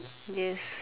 yes